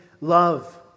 love